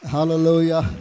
Hallelujah